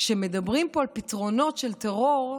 כשמדברים פה על פתרונות לטרור,